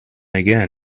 again